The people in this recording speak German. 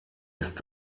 ist